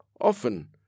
Often